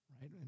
right